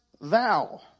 thou